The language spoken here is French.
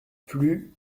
plus